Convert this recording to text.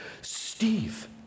Steve